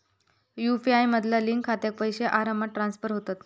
UPI मधना link खात्यात पैशे आरामात ट्रांसफर होतत